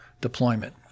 deployment